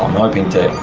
hoping to